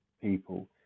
people